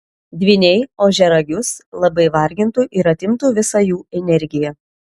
dvyniai ožiaragius labai vargintų ir atimtų visą jų energiją